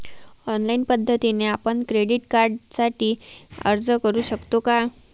Online पद्धतीने आपण credit कार्डसाठी अर्ज करु शकतो का?